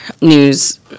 news